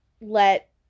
let